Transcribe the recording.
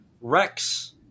Rex